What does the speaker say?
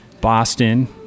Boston